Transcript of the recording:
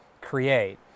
create